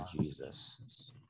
Jesus